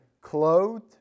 clothed